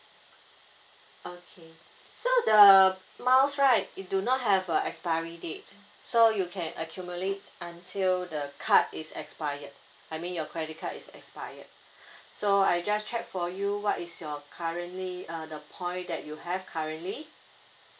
okay so the miles right it do not have a expiry date so you can accumulate until the card is expired I mean your credit card is expired so I just check for you what is your currently uh the point that you have currently